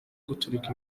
guturika